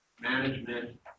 management